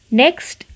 next